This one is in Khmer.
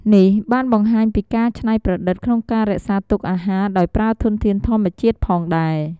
នេះបានបង្ហាញពីការច្នៃប្រឌិតក្នុងការរក្សាទុកអាហារដោយប្រើធនធានធម្មជាតិផងដែរ។